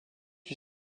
lui